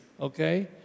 okay